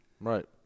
Right